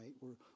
right